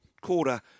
quarter